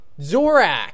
Zorak